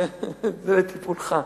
זה לטיפולך.